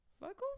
Vocals